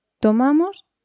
Tomamos